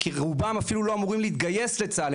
כי רובם אפילו לא אמורים להתגייס לצה"ל,